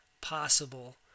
possible